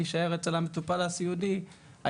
תישאר אצל המטופל הסיעודי..",